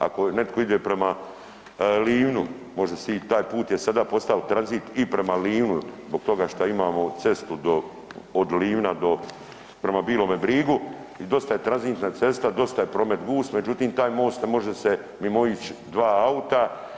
Ako netko ide prema Livnu može se i taj put je sada postao tranzit i prema Livnu zbog toga što imamo cestu od Livna prema Bilome Brigu i dosta je tranzitna cesta, dosta je promet gust, međutim taj most ne može se mimoići dva auta.